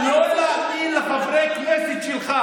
נכון, אז תצביעו לחוק הזה.